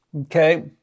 okay